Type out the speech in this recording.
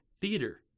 theater